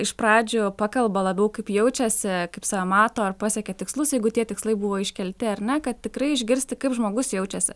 iš pradžių pakalba labiau kaip jaučiasi kaip save mato ar pasiekė tikslus jeigu tie tikslai buvo iškelti ar ne kad tikrai išgirsti kaip žmogus jaučiasi